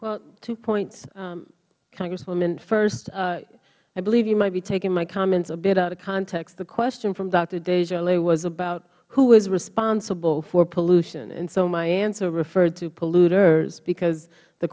well two points congresswoman first i believe you might be taking my comments a bit out of context the question from doctor desjarlais was about who was responsible for pollution and so my answer referred to polluters because the